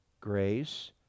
grace